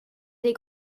des